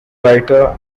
writer